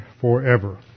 forever